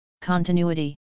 Continuity